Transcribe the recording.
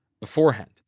beforehand